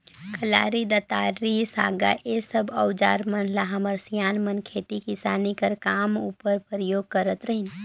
कलारी, दँतारी, साँगा ए सब अउजार मन ल हमर सियान मन खेती किसानी कर काम उपर परियोग करत रहिन